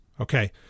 Okay